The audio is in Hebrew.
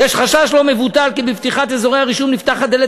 "יש חשש לא מבוטל כי בפתיחת אזורי הרישום נפתחת דלת